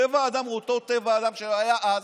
טבע האדם הוא אותו טבע אדם שהיה אז,